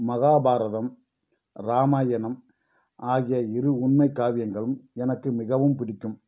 மகாபாரதம் ராமாயணம் ஆகிய இரு உண்மைக்காவியங்களும் எனக்கு மிகவும் பிடிக்கும்